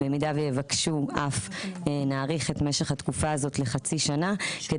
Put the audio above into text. במידה ויבקשו אף נאריך את משך התקופה הזאת לחצי שנה כי